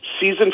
season